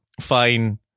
fine